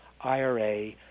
IRA